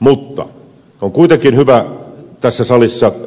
mutta on kuitenkin hyvä tässä salissa tähän